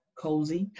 cozy